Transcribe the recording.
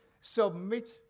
submit